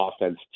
offense